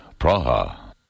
Praha